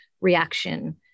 reaction